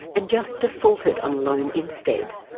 and just defaulted on loan instead.